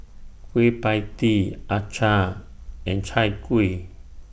Kueh PIE Tee Acar and Chai Kuih